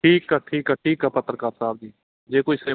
ਠੀਕ ਆ ਠੀਕ ਆ ਠੀਕ ਆ ਪੱਤਰਕਾਰ ਸਾਹਿਬ ਜੀ ਜੇ ਕੋਈ ਸੇਵਾ